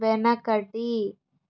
వెనకటి